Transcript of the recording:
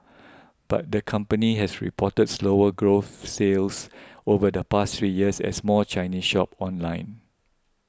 but the company has reported slower growth sales over the past three years as more Chinese shop online